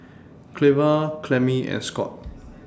Cleva Clemmie and Scot